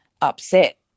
upset